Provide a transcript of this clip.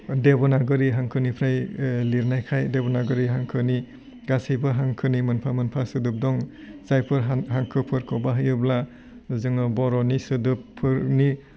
देब'नाग्रि हांखोनिफ्राय लिरनायखाय देब'नाग्रि हांखोनि गासैबो हांखोनि मोनफा मोनफा सोदोब दं जायफोर हां हांखोफोरखौ बाहायोब्ला जोङो बर'नि सोदोबफोरनि